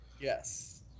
Yes